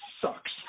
sucks